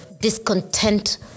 discontent